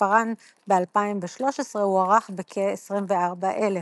ומספרן ב־2013 הוערך בכ־24,000.